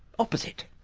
opposite?